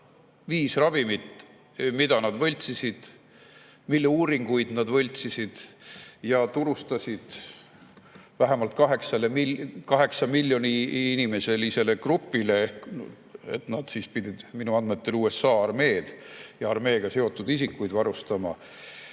viis ravimit, mida nad võltsisid, mille uuringuid nad võltsisid ja mida nad turustasid vähemalt 8 miljoni inimesega grupile. Nad pidid minu andmetel USA armeed ja armeega seotud isikuid varustama.